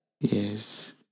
Yes